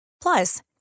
Plus